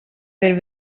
per